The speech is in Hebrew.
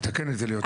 נתקן את זה ליותר.